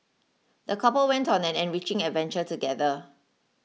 the couple went on an enriching adventure together